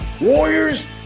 Warriors